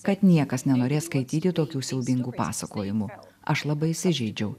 kad niekas nenorės skaityti tokių siaubingų pasakojimų aš labai įsižeidžiau